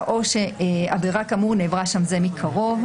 או שעבירה כאמור נעברה שם זה מקרוב.